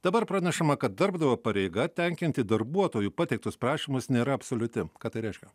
dabar pranešama kad darbdavio pareiga tenkinti darbuotojų pateiktus prašymus nėra absoliuti ką tai reiškia